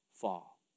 fall